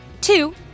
two